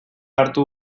hartu